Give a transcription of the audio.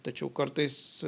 tačiau kartais